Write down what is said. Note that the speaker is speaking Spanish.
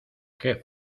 que